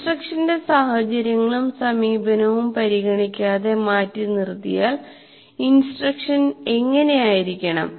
ഇൻസ്ട്രക്ഷന്റെ സാഹചര്യങ്ങളും സമീപനവും പരിഗണിക്കാതെ മാറ്റിനിർത്തിയാൽ ഇൻസ്ട്രക്ഷൻ എങ്ങനെ ആയിരിക്കണം